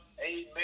Amen